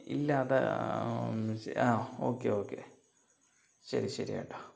ഇല്ല അത് ആ ഓക്കെ ഓക്കെ ശരി ശരി ഏട്ടാ